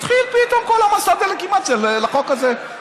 התחיל פתאום כל מסע הדה-לגיטימציה לחוק הזה.